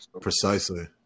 precisely